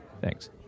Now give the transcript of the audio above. Thanks